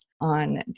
on